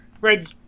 red